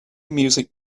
music